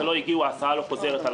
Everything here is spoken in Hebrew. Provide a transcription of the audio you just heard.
ההסעה לא חוזרת על